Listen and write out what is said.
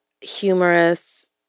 humorous